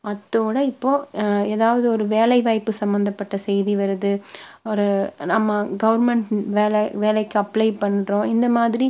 அத்தோடய இப்போது எதாவது ஒரு வேலை வாய்ப்பு சம்பந்தப்பட்ட செய்தி வருது ஒரு நம்ம கவர்மெண்ட் வேலை வேலைக்கு அப்ளை பண்ணுறோம் இந்த மாதிரி